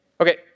Okay